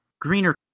greener